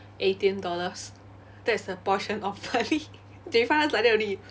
eighteen dollars that's the portion of money they refund us like that only